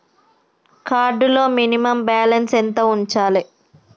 Card లో minimum balance ఎంత ఉంచాలే?